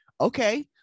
okay